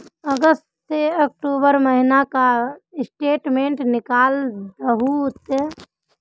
अगस्त से अक्टूबर महीना का स्टेटमेंट निकाल दहु ते?